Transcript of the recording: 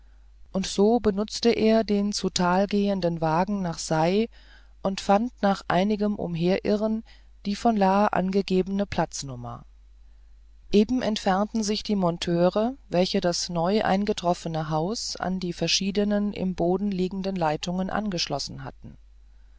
gesehen so benutzte er den zu tal gehenden wagen nach sei und fand nach einigem umherirren die von la angegebene platznummer eben entfernten sich die monteure welche das neu eingetroffene haus an die verschiedenen im boden liegenden leitungen angeschlossen hatten